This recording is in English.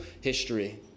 history